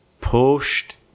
pushed